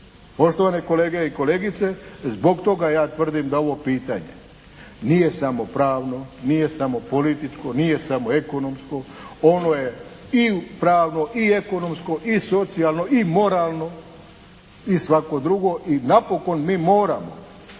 Poštovane kolege i kolegice, zbog toga ja tvrdim da ovo pitanje nije samo pravno, nije samo političko, nije samo ekonomsko. Ono je i pravno i ekonomsko i socijalno i moralno i svako drugo i napokon mi moramo